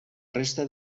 resta